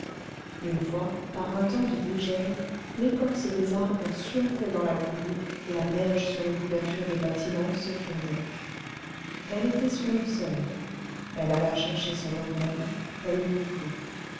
une fois par un temps de dégel l'écorce des arbres suintait dans la cour la neige sur les couvertures des bâtiments se fondait elle était sur le seuil elle alla chercher son ombrelle elle l'ouvrit